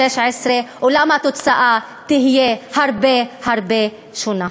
אולם התוצאה תהיה בהרבה הרבה שונה.